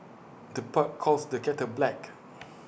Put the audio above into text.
the pot calls the kettle black